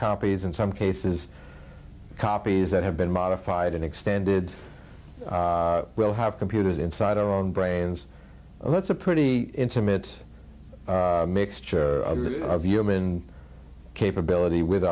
copies in some cases copies that have been modified and extended we'll have computers inside our own brains that's a pretty intimate mixture of human capability